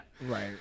Right